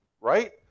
right